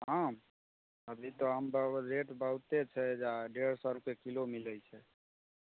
आम अभी तऽ आमके रेट बहुत्ते छै डेढ़ सए रूपए किलो मिलैत छै